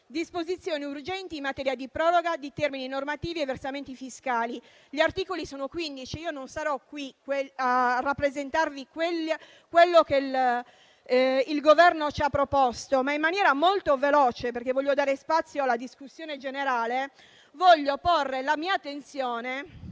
disposizioni urgenti in materia di proroga di termini normativi e versamenti fiscali. Gli articoli sono 15, ma io non rappresenterò quello che il Governo ci ha proposto. In maniera molto veloce, perché voglio dare spazio alla discussione generale, vorrei evidenziare,